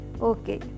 Okay